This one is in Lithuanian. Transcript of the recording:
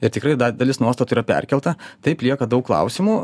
ir tikrai da dalis nuostatų yra perkelta taip lieka daug klausimų